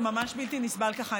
זה ממש בלתי נסבל ככה,